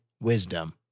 wisdom